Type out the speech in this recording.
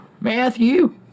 Matthew